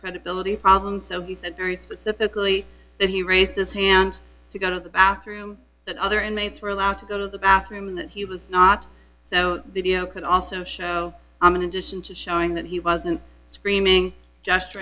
credibility problem so he said very specifically that he raised his hand to go to the bathroom that other inmates were allowed to go to the bathroom and that he was not so they can also show an addition to showing that he wasn't screaming just